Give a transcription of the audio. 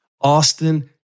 Austin